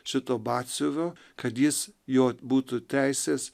šito batsiuvio kad jis jo būtų teisės